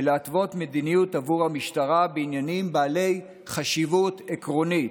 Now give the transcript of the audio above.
ולהתוות מדיניות עבור המשטרה בעניינים בעלי חשיבות עקרונית,